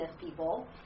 people